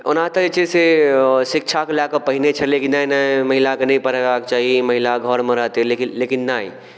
ओना तऽ जे छै से शिक्षाके लए कऽ पहिने छलै कि नहि नहि महिलाके नहि पढ़ेबाक चाही महिला घरमे रहतै लेकिन लेकिन नहि